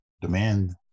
demand